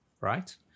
right